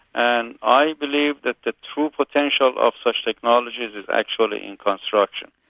and i believe that the true potential of such technologies is actually in construction.